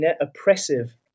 oppressive